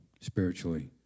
spiritually